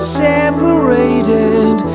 separated